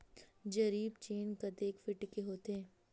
जरीब चेन कतेक फीट के होथे?